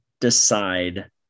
decide